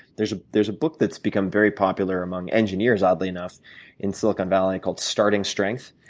there's ah there's a book that's become very popular among engineers oddly enough in silicon valley called starting strengths